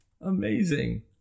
amazing